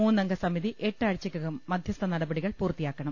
മൂന്നുംഗ സമിതി എട്ടാ ഴ്ചക്കകം മധ്യസ്ഥ നടപടികൾ പൂർത്തിയാക്കണം